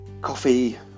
coffee